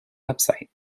website